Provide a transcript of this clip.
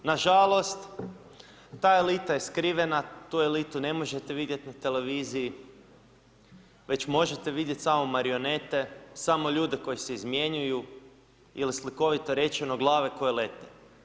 Nažalost, ta elita je skrivena, tu elitu ne možete vidjeti na televiziji, već možete vidjeti samo marionete, samo ljude koji se izmijenjaju ili slikovito rečeno, glave koje lete.